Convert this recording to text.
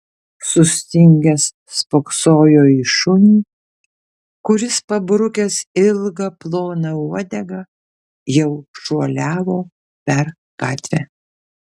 sustingęs spoksojo į šunį kuris pabrukęs ilgą ploną uodegą jau šuoliavo per gatvę